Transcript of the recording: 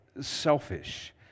selfish